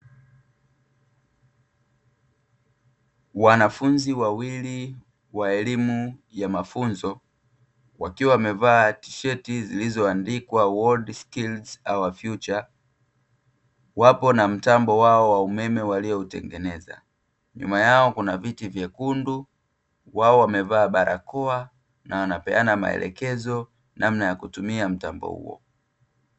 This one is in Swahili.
Wanafunzi wawili wa elimu ya mafunzo, wakiwa wamevaa tisheti zilizoandikwa "world skills our future", wapo na mtambo wao wa umeme walioutengeneza. Nyuma yao kuna viti vyekundu, wao wamevaa barakoa na wanapeana maelekezo namna ya kutumia mtambo huo.